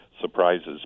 surprises